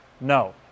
No